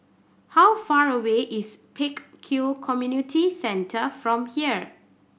how far away is Pek Kio Community Centre from here